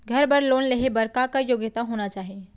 घर बर लोन लेहे बर का का योग्यता होना चाही?